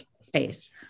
space